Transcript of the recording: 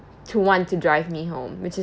to want to drive me home which is